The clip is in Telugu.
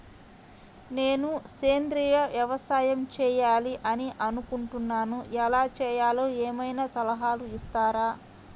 నేను సేంద్రియ వ్యవసాయం చేయాలి అని అనుకుంటున్నాను, ఎలా చేయాలో ఏమయినా సలహాలు ఇస్తారా?